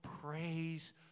praise